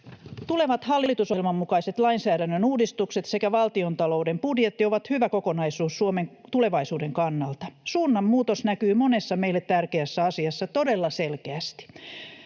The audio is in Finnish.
Tulevat hallitusohjelman mukaiset lainsäädännön uudistukset sekä valtiontalouden budjetti ovat hyvä kokonaisuus Suomen tulevaisuuden kannalta. Suunnanmuutos näkyy monessa meille tärkeässä asiassa todella selkeästi.